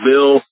Bill